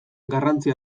garrantzi